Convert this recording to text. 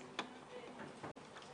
הישיבה ננעלה בשעה 12:07.